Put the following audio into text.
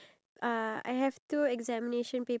nasi lemak